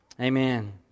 Amen